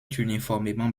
uniformément